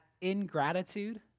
ingratitude